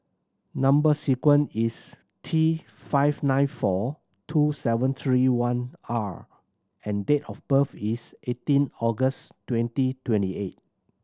number sequence is T five nine four two seven three one R and date of birth is eighteen August twenty twenty eight